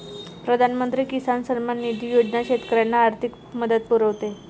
प्रधानमंत्री किसान सन्मान निधी योजना शेतकऱ्यांना आर्थिक मदत पुरवते